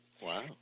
Wow